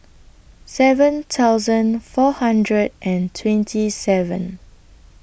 seven thousand four hundred and twenty seven